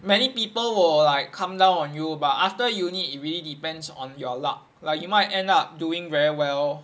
many people were like come down on you but after uni it really depends on your luck like you might end up doing very well